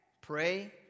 Pray